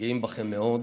גאים בכם מאוד.